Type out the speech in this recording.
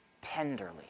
tenderly